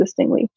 existingly